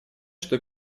что